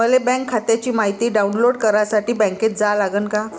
मले बँक खात्याची मायती डाऊनलोड करासाठी बँकेत जा लागन का?